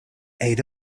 aid